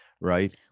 Right